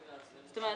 זאת אומרת,